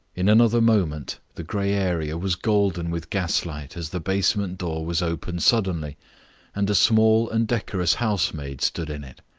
in another moment the grey area was golden with gaslight as the basement door was opened suddenly and a small and decorous housemaid stood in it.